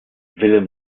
willem